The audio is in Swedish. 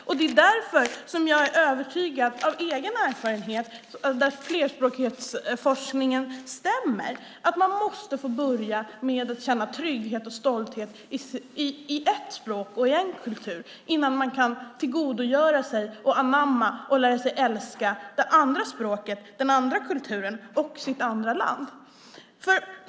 Och det är därför som jag är övertygad om, av egen erfarenhet, att flerspråkighetsforskningen stämmer, att man måste få börja med att känna trygghet och stolthet i ett språk och i en kultur innan man kan tillgodogöra sig och anamma och lära sig älska det andra språket, den andra kulturen och sitt andra land.